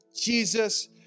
Jesus